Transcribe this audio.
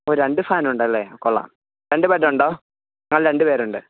ഓ രണ്ട് ഫാൻ ഉണ്ടല്ലേ കൊള്ളാം രണ്ട് ബെഡ് ഉണ്ടോ ഞങ്ങൾ രണ്ട് പേരുണ്ട്